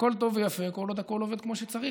הכול טוב ויפה כל עוד הכול עובד כמו שצריך.